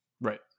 right